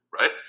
right